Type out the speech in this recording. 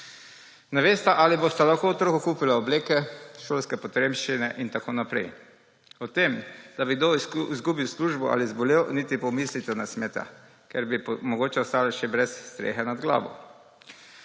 Ne vesta, ali bosta lahko otroku kupila obleke, šolske potrebščine in tako naprej. O tem, da bi kdo izgubil službo ali zbolel, niti pomisliti ne smeta, ker bi morda ostala še brez strehe nad glavo.